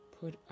put